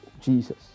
Jesus